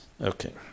Okay